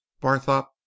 Barthorpe